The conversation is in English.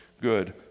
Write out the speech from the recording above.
good